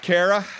Kara